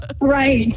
right